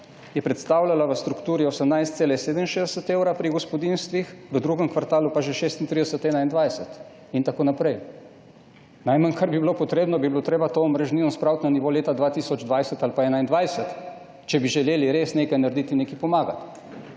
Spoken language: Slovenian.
predstavljala v strukturi 18,67 evra pri gospodinjstvih, v drugem kvartalu pa že 36,21. Najmanj, kar bi bilo potrebno, bi bilo treba to omrežnino spraviti na nivo leta 2020 ali pa 2021, če bi želeli res nekaj narediti in nekaj pomagati.